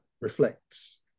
reflects